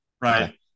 right